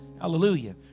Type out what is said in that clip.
Hallelujah